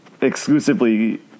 exclusively